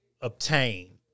obtain